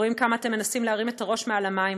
רואים כמה אתם מנסים להרים את הראש מעל המים,